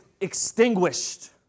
extinguished